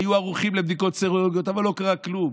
היו ערוכות לבדיקות סרולוגיות, אבל לא קרה כלום.